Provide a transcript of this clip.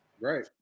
right